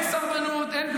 לא לסרבנות.